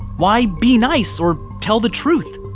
why be nice or tell the truth?